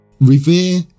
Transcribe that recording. Revere